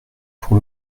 pour